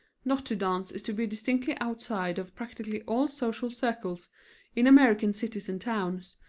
not to dance is to be distinctly outside of practically all social circles in american cities and towns,